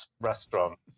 restaurant